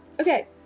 Okay